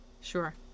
Sure